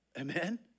Amen